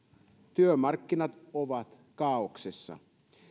työmarkkinat ovat kaaoksessa